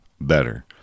better